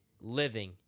living